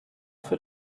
für